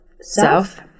South